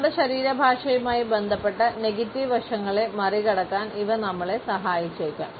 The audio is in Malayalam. നമ്മുടെ ശരീരഭാഷയുമായി ബന്ധപ്പെട്ട നെഗറ്റീവ് വശങ്ങളെ മറികടക്കാൻ ഇവ നമ്മളെ സഹായിച്ചേക്കാം